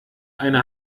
eine